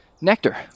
nectar